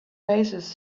oasis